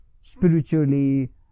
spiritually